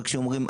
אומרים,